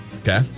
Okay